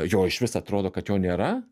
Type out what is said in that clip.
jo išvis atrodo kad jo nėra